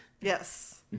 Yes